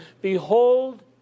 behold